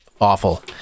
Awful